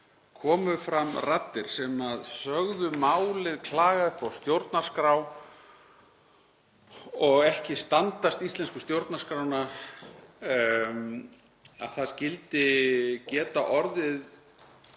komu fram raddir sem sögðu málið klaga upp á stjórnarskrá og ekki standast íslensku stjórnarskrána. Að það skyldi geta orðið